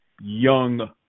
young